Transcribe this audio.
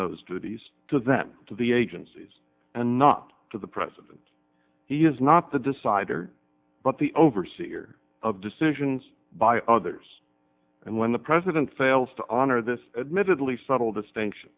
those duties to them to the agencies and not to the president he is not the decider but the overseer of decisions by others and when the president fails to honor this admittedly subtle distinction